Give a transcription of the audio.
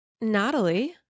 Natalie